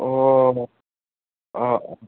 অ' অঁ অঁ